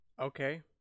okay